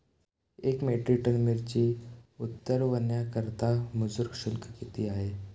एक metric tonne मिरची उतरवण्याकरता मजुर शुल्क किती आहे?